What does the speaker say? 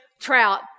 trout